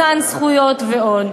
מתן זכויות ועוד.